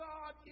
God